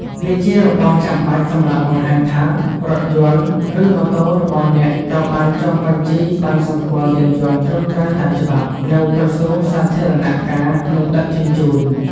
វាជារបស់ចាំបាច់សម្រាប់បង្ហាញថា រថយន្ត ឬម៉ូតូរបស់អ្នកត្រូវបាន ចុះបញ្ជីប័ណ្ណសម្គាល់យានយន្តត្រឹមត្រូវតាមច្បាប់ នៅក្រសួងសាធារណការ និងដឹកជញ្ជូន។